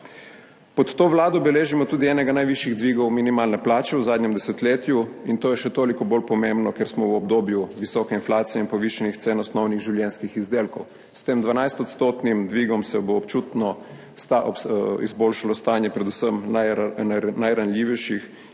Pod to vlado beležimo tudi enega najvišjih dvigov minimalne plače v zadnjem desetletju, in to je še toliko bolj pomembno, ker smo v obdobju visoke inflacije in povišanih cen osnovnih življenjskih izdelkov. S tem 12 % dvigom se bo občutno izboljšalo stanje predvsem najranljivejših.